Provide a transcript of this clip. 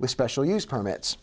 with special use permits